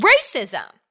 racism